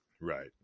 Right